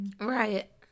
Right